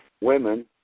women